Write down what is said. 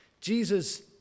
Jesus